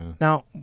Now